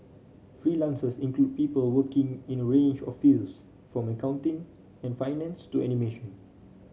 freelancers include people working in a range of fields from accounting and finance to animation